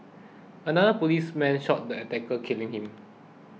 another policeman shot the attacker killing him